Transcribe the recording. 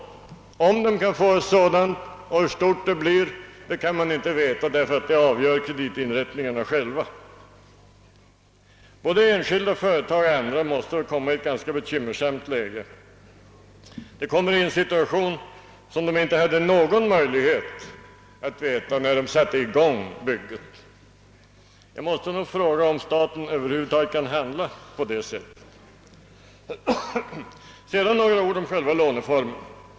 Om de kan få ett sådant och hur stort detta blir är osäkert, därför att det avgöres av kreditinrättningarna själva. Både enskilda företag och andra måste komma i ett ganska bekymmersamt läge. De kommer i en situation som de inte kunde föreställa sig när de satte i gång bygget. Jag måste nog fråga om staten över huvud taget kan handla på det sättet. Sedan några ord om själva låneformen.